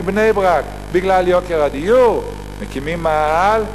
מבני-ברק, בגלל יוקר הדיור, מקימים מאהל.